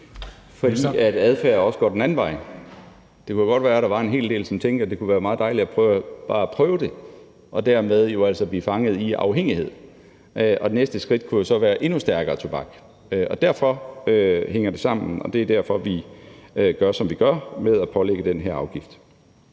Fordi adfærd også går den anden vej. Det kunne jo godt være, at der var en hel del, som tænkte, at det kunne være meget dejligt bare at prøve det og dermed jo altså blive fanget i afhængighed. Og næste skridt kunne jo så være endnu stærkere tobak. Derfor hænger det sammen, og det er derfor, vi gør, som vi gør, nemlig at pålægge den her afgift.